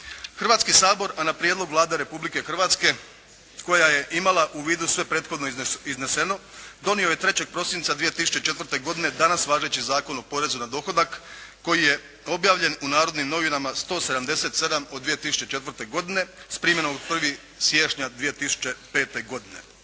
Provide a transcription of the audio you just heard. Hrvatski sabor, a na prijedlog Vlade Republike Hrvatske koja je imala u vidu sve prethodno izneseno donio je 3. prosinca 2004. godine danas važeći Zakon o porezu na dohodak koji je objavljen u "Narodnim novinama" 177 od 2004. godine s primjenom 1. siječnja 2005. godine.